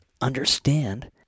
understand